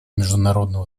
международного